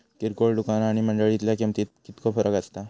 किरकोळ दुकाना आणि मंडळीतल्या किमतीत कितको फरक असता?